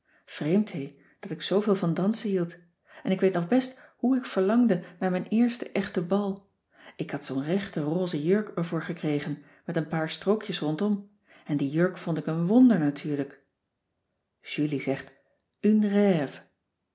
vreemd hé dat ik zooveel van dansen hield en ik weet nog best hoe ik verlangde naar mijn eerste echte bal ik had zoo'n rechte rose jurk ervoor gekregen met een paar strookjes onderom en die jurk vond ik een wonder natuurlijk julie zegt